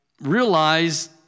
realize